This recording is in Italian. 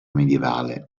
medievale